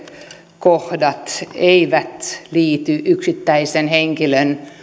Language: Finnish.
lähtökohdat eivät liity yksittäisen henkilön